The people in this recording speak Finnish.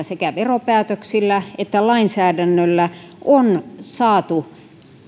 sekä veropäätöksillä että lainsäädännöllä on saatu